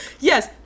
Yes